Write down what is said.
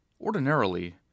Ordinarily